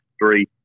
three